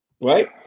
Right